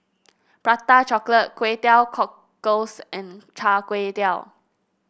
Prata Chocolate Kway Teow Cockles and Char Kway Teow